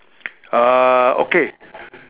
uh okay